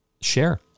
share